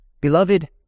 Beloved